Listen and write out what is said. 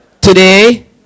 Today